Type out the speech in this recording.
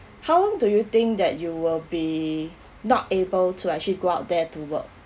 how long do you think that you will be not able to actually go out there to work